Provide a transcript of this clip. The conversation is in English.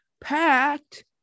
packed